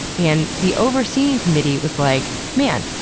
and the overseeing committee was like, man,